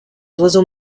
oiseaux